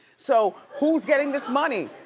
so who's getting this money?